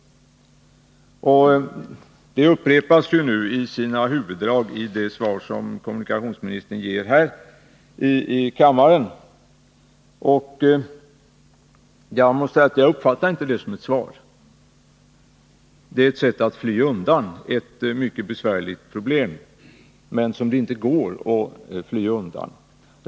Beslutet upprepas nu i sina huvuddrag i det svar som kommunikationsministern har gett här i kammaren. Jag uppfattar emellertid inte beslutet som ett svar. Det är i stället ett sätt att fly undan ett mycket besvärligt problem som det inte går att fly undan.